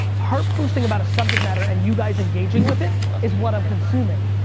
her posting about a subject matter and you guys engaging with it is what i'm consuming.